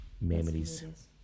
memories